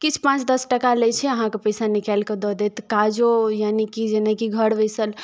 किछु पाँच दस टका लै छै अहाँके पैसा निकालि कऽ दऽ देत काजो यानिकि जेनाकि घर बैसल